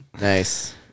Nice